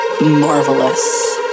Marvelous